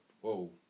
whoa